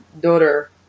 daughter